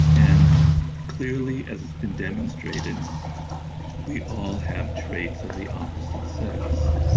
and clearly as it's been demonstrated we all have traits of the opposite sex.